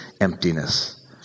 emptiness